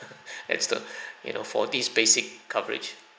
as the you know for these basic coverage